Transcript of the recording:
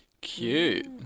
cute